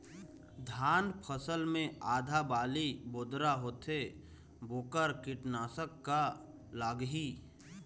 धान फसल मे आधा बाली बोदरा होथे वोकर कीटनाशक का लागिही?